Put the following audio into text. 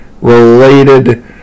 related